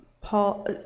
Paul